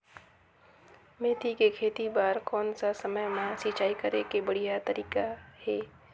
मेथी के खेती बार कोन सा समय मां सिंचाई करे के बढ़िया तारीक हे?